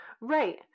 right